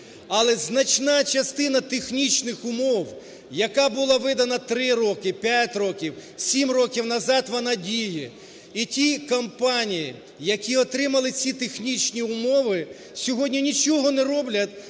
Але значна частина технічних умов, яка була видана 3 роки, 5 років, 7 років назад, вона діє. І ті компанії, які отримали ті технічні умови, сьогодні нічого не роблять